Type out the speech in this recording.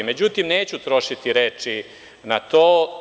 Međutim, neću trošiti reči na to.